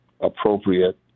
appropriate